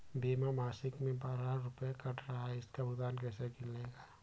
बीमा मासिक में बारह रुपय काट रहा है इसका भुगतान कैसे मिलेगा?